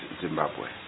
Zimbabwe